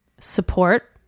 support